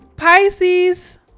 Pisces